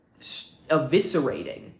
eviscerating